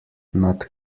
nad